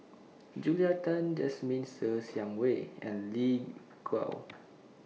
Julia Tan Jasmine Ser Xiang Wei and Lin Gao